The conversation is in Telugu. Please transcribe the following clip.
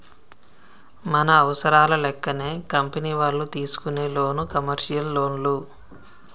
మన అవసరాల లెక్కనే కంపెనీ వాళ్ళు తీసుకునే లోను కమర్షియల్ లోన్లు